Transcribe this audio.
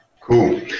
Cool